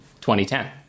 2010